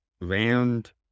round